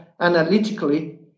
analytically